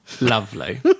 Lovely